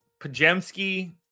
Pajemski